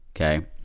Okay